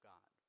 God